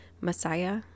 Messiah